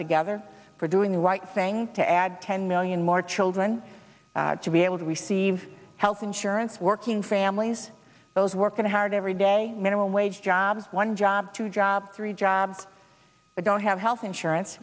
together for doing the right thing to add ten million more children to be able to receive health insurance working families those working hard every day minimum wage jobs one job to job three job they don't have health insurance